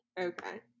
Okay